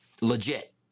legit